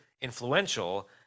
influential